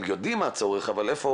הם יודעים מה הצורך, אבל איפה